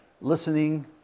listening